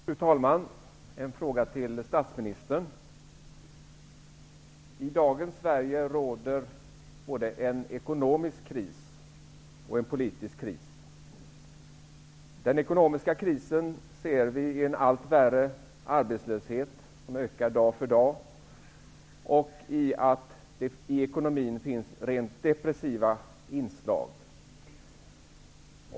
Fru talman! Jag har en fråga till statsministern. I dagens Sverige råder både en ekonomisk kris och en politisk kris. Den ekonomiska krisen ser vi i en allt värre arbetslöshet, som ökar dag för dag, och i att det i ekonomin finns rent depressiva inslag.